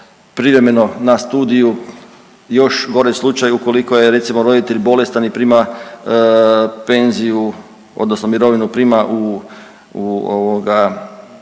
privremeno na studiju, još gore slučaj ukoliko je recimo, roditelj, bolestan i prima penziju, odnosno mirovinu prima u ovoga,